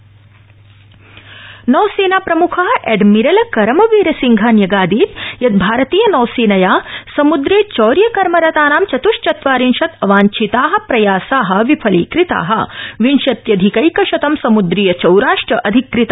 नौसेनाप्रमुख नौसेनाप्रमुख admiral Karambir Singh न्यगादीत् यत् भारतीय नौसेनया समुद्रे चौर्यकर्मरतानां चत्श्चत्वारिंशत् अवांछिता प्रयासा विफलीकृता विंशत्यधिकैकशतं सम्द्रीय चौराश्च अधिकृता